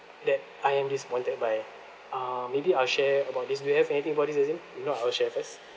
that I am disappointed by uh maybe I'll share about this do you have anything about this is it if not I'll share first